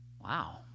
wow